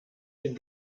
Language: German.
den